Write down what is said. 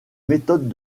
méthodes